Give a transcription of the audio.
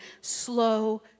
slow